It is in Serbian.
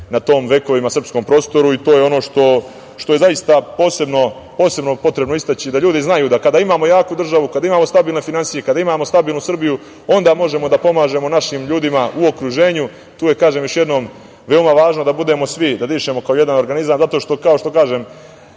na tom vekovima srpskom prostoru i to je ono što je zaista posebno potrebno istaći, da ljudi znaju da kada imamo jaku državu, kada imamo stabilne finansije, kada imamo stabilnu Srbiju, onda možemo da pomažemo našim ljudima u okruženju. Kažem još jednom, tu je veoma važno da svi dišemo kao jedan organizam, zato što, kao što kažem,